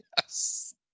Yes